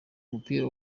umupira